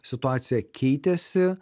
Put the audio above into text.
situacija keitėsi